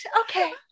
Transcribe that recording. Okay